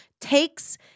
takes